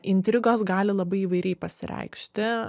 intrigos gali labai įvairiai pasireikšti